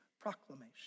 Proclamation